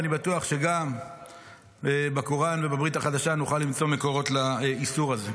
ואני בטוח שגם בקוראן ובברית החדשה נוכל למצוא מקורות לאיסור הזה.